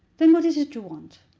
then what is it you want?